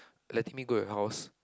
letting me go your house